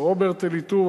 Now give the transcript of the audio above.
רוברט אילטוב,